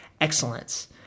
excellence